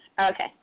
Okay